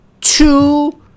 two